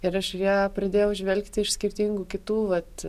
ir aš į ją pradėjau žvelgti iš skirtingų kitų vat